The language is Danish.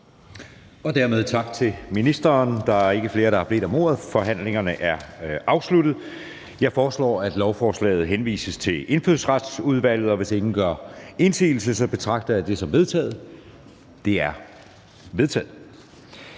Adsbøl): Tak til ministeren. Da der ikke er flere, som har bedt om ordet, er forhandlingen afsluttet. Jeg foreslår, at lovforslagene henvises til Færøudvalget. Hvis ingen gør indsigelse, betragter jeg dette som vedtaget. Det er vedtaget.